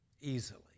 easily